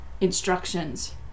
instructions